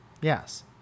Yes